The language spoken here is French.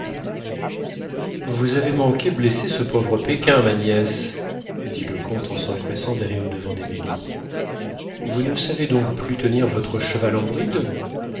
vous avez manqué blesser ce pauvre pékin ma nièce dit le comte en s'empressant d'aller au-devant d'émilie vous ne savez donc plus tenir votre cheval en bride